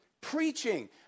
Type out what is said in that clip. Preaching